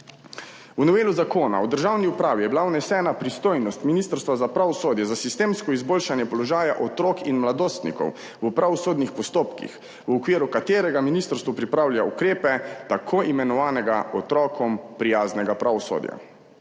V novelo Zakona o državni upravi je bila vnesena pristojnost Ministrstva za pravosodje za sistemsko izboljšanje položaja otrok in mladostnikov v pravosodnih postopkih, v okviru katerega ministrstvo pripravlja ukrepe tako imenovanega otrokom prijaznega pravosodja.